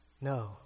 No